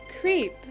creep